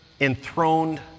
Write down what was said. enthroned